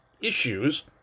issues